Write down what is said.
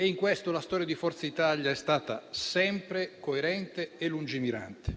In questo la storia di Forza Italia è stata sempre coerente e lungimirante.